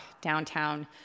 downtown